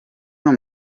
non